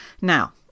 Now